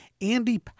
Andy